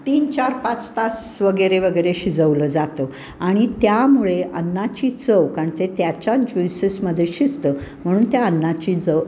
तीन चार पाच तास वगैरे वगैरे शिजवलं जातं आणि त्यामुळे अन्नाची चव कारण ते त्याच्या ज्ईसेसमध्ये शिजतं म्हणून त्या अन्नाची जव